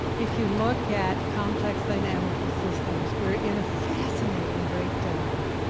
if you look at complex dynamical systems, we're in a fascinating breakdown.